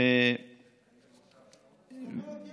זאת אומרת,